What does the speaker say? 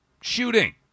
shooting